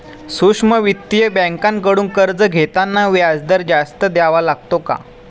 सूक्ष्म वित्तीय बँकांकडून कर्ज घेताना व्याजदर जास्त द्यावा लागतो का?